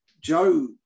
Joe